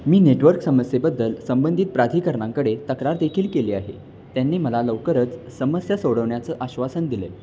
मी network समस्येबद्दल संबंधित प्राधिककरणाकडे तक्रार देखील केली आहे त्यांनी मला लवकरच समस्या सोडवण्याचं आश्वासन दिले